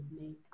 make